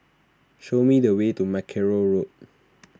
show me the way to Mackerrow Road